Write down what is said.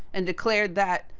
and, declared that,